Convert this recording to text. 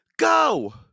Go